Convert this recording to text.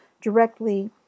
directly